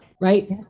right